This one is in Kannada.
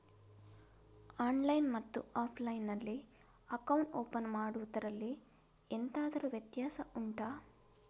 ಆನ್ಲೈನ್ ಮತ್ತು ಆಫ್ಲೈನ್ ನಲ್ಲಿ ಅಕೌಂಟ್ ಓಪನ್ ಮಾಡುವುದರಲ್ಲಿ ಎಂತಾದರು ವ್ಯತ್ಯಾಸ ಉಂಟಾ